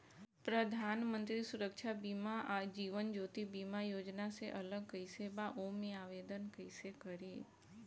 प्रधानमंत्री सुरक्षा बीमा आ जीवन ज्योति बीमा योजना से अलग कईसे बा ओमे आवदेन कईसे करी?